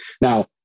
Now